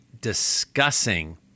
discussing